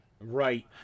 Right